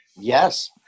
Yes